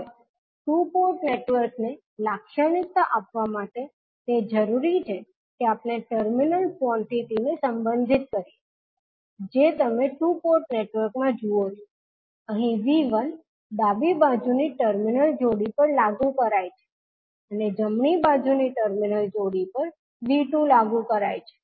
હવે two port નેટવર્કને લાક્ષણિકતા આપવા માટે તે જરૂરી છે કે આપણે ટર્મિનલ કવોન્ટીટી ને સંબંધિત કરીએ જે તમે ટુ પોર્ટ નેટવર્કમાં જુઓ છો અહીં 𝐕1 ડાબી બાજુની ટર્મિનલ જોડી પર લાગુ કરાય છે અને જમણી બાજુ ની ટર્મિનલ જોડી પર 𝐕2 લાગુ કરાય છે